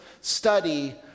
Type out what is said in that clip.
study